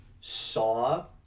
saw